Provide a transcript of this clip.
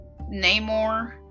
Namor